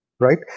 right